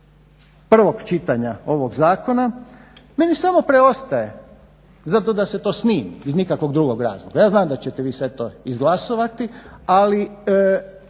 prvog čitanja ovog zakona meni samo preostaje zato da se to snimi, iz nikakvog drugog razloga. Ja znam da ćete vi sve to izglasovati, ali